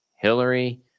Hillary